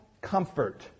comfort